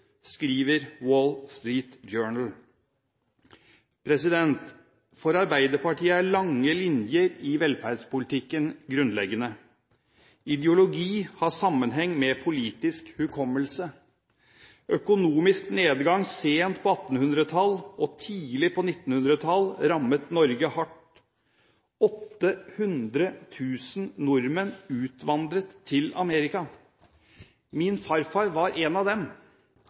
skriver Wall Street Journal. For Arbeiderpartiet er lange linjer i velferdspolitikken grunnleggende. Ideologi har sammenheng med politisk hukommelse. Økonomisk nedgang sent på 1800-tallet og tidlig på 1900-tallet rammet Norge hardt. 800 000 nordmenn utvandret til Amerika. Min farfar var en av dem.